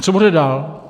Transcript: Co bude dál?